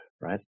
right